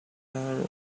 follow